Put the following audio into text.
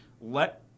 let